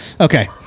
Okay